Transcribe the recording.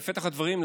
בפתח הדברים,